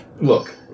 look